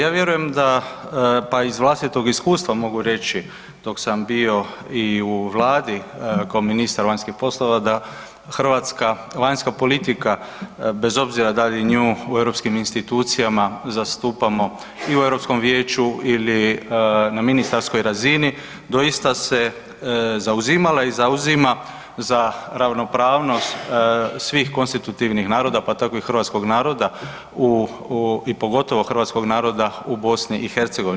Ja vjerujem da pa iz vlastitog iskustva mogu reći dok sam bio i u Vladi kao ministar vanjskih poslova da hrvatska vanjska politika, bez obzira da li nju u europskim institucijama zastupamo i u Europskom Vijeću ili na ministarskoj razini doista se zauzimala i zauzima za ravnopravnost svih konstitutivnih naroda pa tako i hrvatskog naroda i pogotovo hrvatskog naroda u BiH.